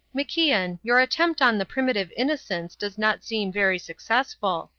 macian, your attempt on the primitive innocence does not seem very successful.